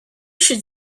should